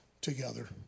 together